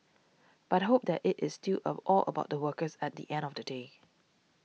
but hope that it is still of all about the workers at the end of the day